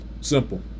Simple